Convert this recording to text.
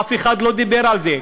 אף אחד לא דיבר על זה.